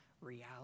reality